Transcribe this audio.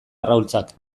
arrautzak